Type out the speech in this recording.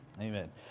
Amen